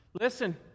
Listen